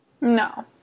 No